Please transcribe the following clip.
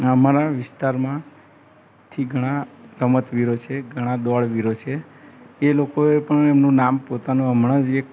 અમારા વિસ્તારમાંથી ઘણા રમતવીરો છે ઘણા દોડવીરો છે એ લોકોએ પણ એમનું નામ પોતાનું હમણાં જ એક